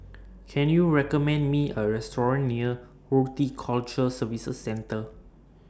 Can YOU recommend Me A Restaurant near Horticulture Services Centre